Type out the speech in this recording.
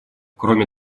кроме